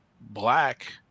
black